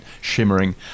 shimmering